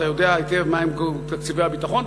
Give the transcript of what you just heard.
אתה יודע היטב מה הם תקציבי הביטחון,